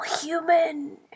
human